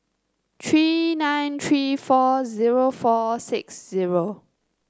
three nine three four zero four six zero